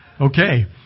Okay